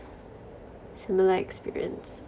similar experience